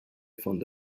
fond